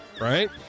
Right